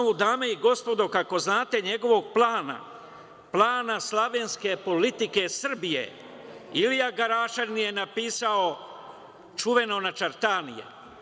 Dame i gospodo, kako znate, na osnovu njegovog plana, plana slavenske politike Srbije, Ilija Garašanin je napisao čuveno „Načertanije“